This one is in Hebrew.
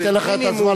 אני אתן לך את הזמן,